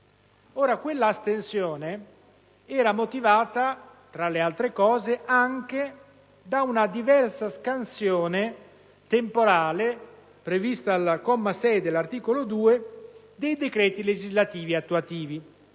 Tale astensione era motivata, tra l'altro, anche da una diversa scansione temporale prevista, al comma 6 dell'articolo 2, dei decreti legislativi attuativi.